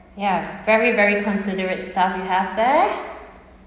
ya very very considerate staff you have there